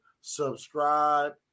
subscribe